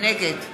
נגד